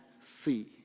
see